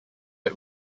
had